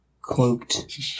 cloaked